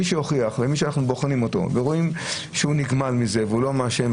מי שיוכיח ומי שאנחנו בוחנים אותו ורואים שהוא נגמל מזה והוא לא מעשן,